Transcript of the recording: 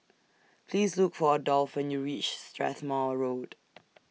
Please Look For Adolf when YOU REACH Strathmore Road